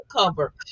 cover